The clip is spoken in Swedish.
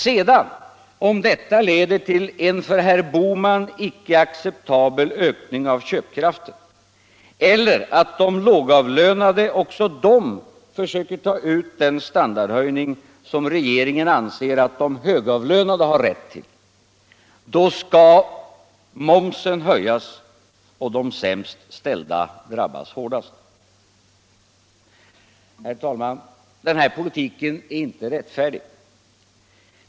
Sedan, om detta leder till en för herr Bohman icke acceptabel ökning av köpkraften eller till att de lågavlönade också de försöker ta ut den standardhöjning som regeringen anser att de högavlönade har rätt till, skall momsen höjas och de sämst ställda drabbas hårdast. Herr talman! Den här politiken är inte rättfärdig.